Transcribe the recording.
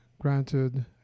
granted